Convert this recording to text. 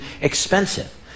expensive